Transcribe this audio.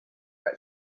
but